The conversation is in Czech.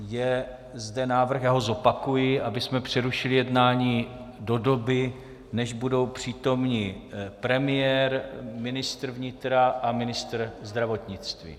Je zde návrh, já ho zopakuji, abychom přerušili jednání do doby, než budou přítomni premiér, ministr vnitra a ministr zdravotnictví.